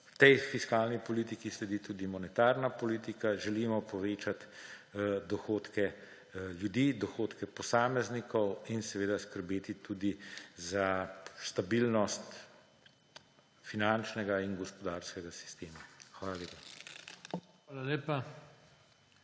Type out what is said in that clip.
da tej fiskalni politiki sledi tudi monetarna politika. Želimo povečati dohodke ljudi, dohodke posameznikov ter seveda skrbeti tudi za stabilnost finančnega in gospodarskega sistema. Hvala lepa.